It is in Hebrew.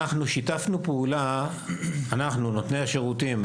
נותני השירותים,